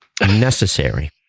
necessary